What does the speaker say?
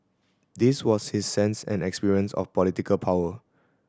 this was his sense and experience of political power